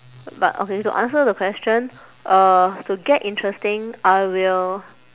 but okay to answer the question uh to get interesting I will